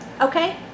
Okay